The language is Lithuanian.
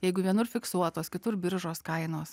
jeigu vienur fiksuotos kitur biržos kainos